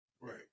Right